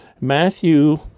Matthew